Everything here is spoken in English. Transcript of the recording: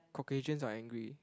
Caucasians are angry